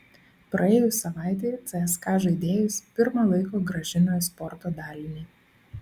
praėjus savaitei cska žaidėjus pirma laiko grąžino į sporto dalinį